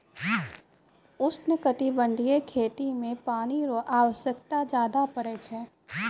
उष्णकटिबंधीय खेती मे पानी रो आवश्यकता ज्यादा पड़ै छै